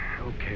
Okay